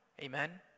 Amen